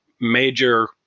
major